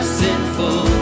sinful